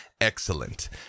Excellent